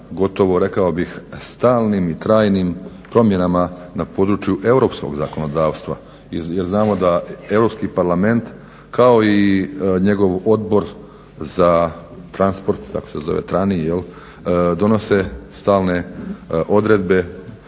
gotovo rekao bih stalnim i trajnim promjenama na području europskog zakonodavstva jer znamo da Europski parlament kao i njegov Odbor za transport, tako se zove …, donose stalne odredbe